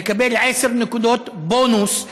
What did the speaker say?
מקבל עשר נקודות בונוס,